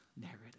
narrative